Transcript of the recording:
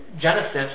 Genesis